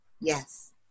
yes